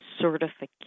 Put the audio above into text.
certification